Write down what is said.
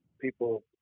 people